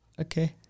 Okay